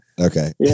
Okay